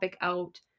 out